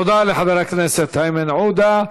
תודה לחבר הכנסת איימן עודה.